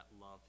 love